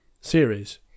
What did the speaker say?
series